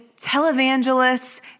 televangelists